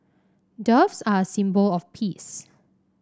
doves are a symbol of peace